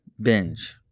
binge